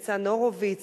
ניצן הורוביץ,